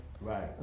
Right